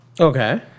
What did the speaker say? Okay